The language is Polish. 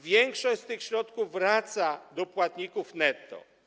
Większość z tych środków wraca do płatników netto.